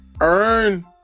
Earn